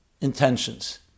intentions